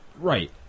Right